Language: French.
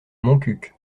montcuq